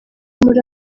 muri